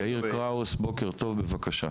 יאיר קראוס, בוקר טוב, בבקשה.